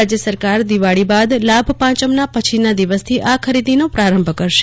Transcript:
રાજ્ય સરકાર દિવાળી બાદ લાભ પંચમના પછીના દિવસથી આ ખરીદીનો પ્રારંભ કરશે